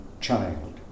child